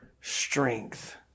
strength